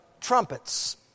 trumpets